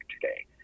today